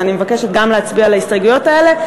אני מבקשת להצביע על ההסתייגויות האלה,